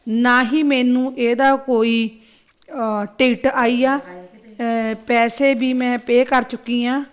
ਨਾ ਹੀ ਮੈਨੂੰ ਇਹਦਾ ਕੋਈ ਟਿਕਟ ਆਈ ਆ ਪੈਸੇ ਵੀ ਮੈਂ ਪੇ ਕਰ ਚੁੱਕੀ ਹਾਂ